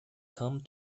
come